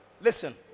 Listen